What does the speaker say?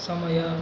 ಸಮಯ